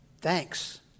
Thanks